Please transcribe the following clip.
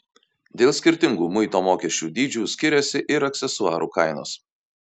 dėl skirtingų muito mokesčių dydžių skiriasi ir aksesuarų kainos